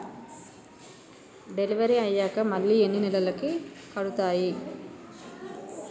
Delivery అయ్యాక మళ్ళీ ఎన్ని నెలలకి కడుతాయి?